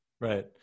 Right